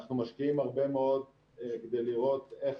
אנחנו משקיעים הרבה מאוד כדי לראות איך